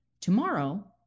Tomorrow